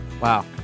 Wow